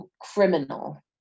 criminal